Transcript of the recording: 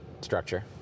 structure